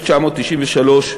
מס' מ/693,